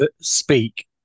speak